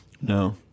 no